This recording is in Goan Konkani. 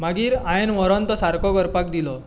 मागीर हांवें व्हरोन तो सारको करपाक दिलो